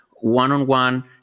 one-on-one